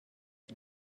you